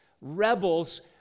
rebels